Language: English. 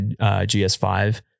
GS5